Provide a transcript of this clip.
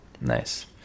Nice